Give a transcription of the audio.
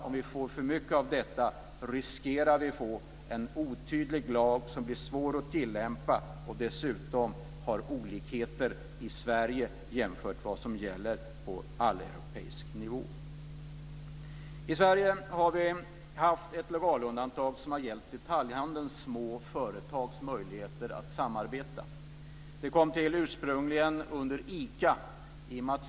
Om vi får för mycket av detta riskerar vi att få en otydlig lag som blir svår att tillämpa och dessutom ger olikheter i Sverige jämfört med vad som gäller på alleuropeisk nivå. I Sverige har vi haft ett legalundantag som har gällt möjligheten att samarbeta för de små företagen i detaljhandeln. Det kom ursprungligen till genom ICA.